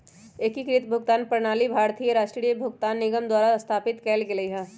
एकीकृत भुगतान प्रणाली भारतीय राष्ट्रीय भुगतान निगम द्वारा स्थापित कएल गेलइ ह